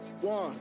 One